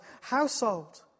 household